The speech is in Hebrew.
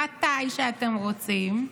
מתי שאתם רוצים,